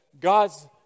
God's